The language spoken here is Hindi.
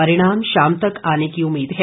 परिणाम शाम तक आने की उम्मीद है